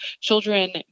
children